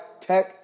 tech